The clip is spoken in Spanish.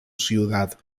ciudad